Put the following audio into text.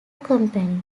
company